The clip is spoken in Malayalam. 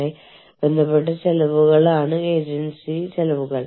നിങ്ങൾക്ക് ഏറ്റെടുക്കാൻ കഴിയുന്ന ചില ജോലികൾ